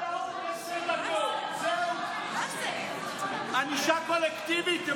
זו ענישה קולקטיבית.